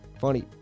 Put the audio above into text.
Funny